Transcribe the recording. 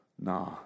Nah